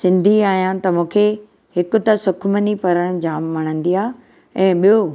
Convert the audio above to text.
सिंधी आहियां त मूंखे हिकु त सुखमनी पढ़णु जाम वणंदी आहे ऐं ॿियो